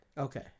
Okay